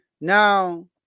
Now